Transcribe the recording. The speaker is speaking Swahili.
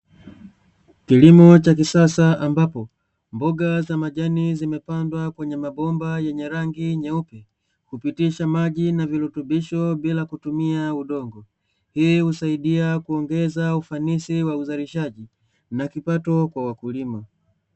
Kilimo cha kisasa ambapo, mboga za majani zimepandwa kwenye mabomba, yenye rangi nyeupe hupitisha maji na virutubisho bila kutumia udongo, hii husaidia kuongeza ufanisi wa uzalishaji na kipato kwa wakulima.